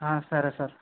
సరే సార్